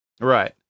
Right